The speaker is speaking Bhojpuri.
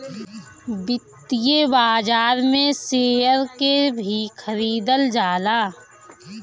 वित्तीय बाजार में शेयर के भी खरीदल जाला